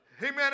amen